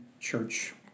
church